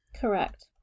Correct